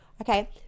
okay